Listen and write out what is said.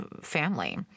family